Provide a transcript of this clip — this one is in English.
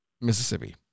Mississippi